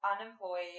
unemployed